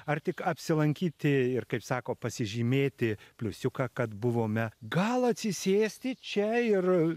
ar tik apsilankyti ir kaip sako pasižymėti pliusiuką kad buvome gal atsisėsti čia ir